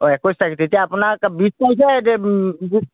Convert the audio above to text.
অঁ একৈছ তাৰিখ তেতিয়া আপোনাক বিছ তাৰিখে